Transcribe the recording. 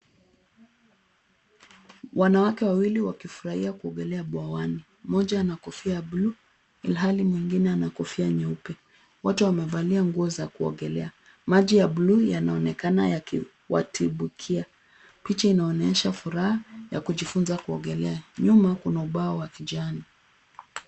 Wanawake wawili wakifurahia kuogelea bwawani. Moja ana kofia ya buluu ilhali mwengine ana kofia nyeupe. Wote wamevalia nguo za kuogelea. Maji ya buluu yanaonekana yakiwatibukia. Picha inaonyesha furaha ya kujifunza kuogelea. Nyuma kuna ubao wa kijani.